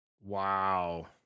Wow